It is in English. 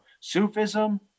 sufism